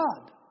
God